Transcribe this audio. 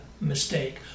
mistake